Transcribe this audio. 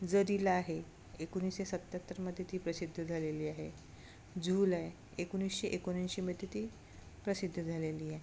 जरीला आहे एकोणीसशे सत्त्याहत्तरमध्ये ती प्रसिद्ध झालेली आहे झुल आहे एकोणीसशे एकोणऐंशीमध्ये ती प्रसिद्ध झालेली आहे